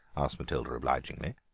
asked matilda obligingly.